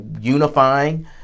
unifying